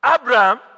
Abraham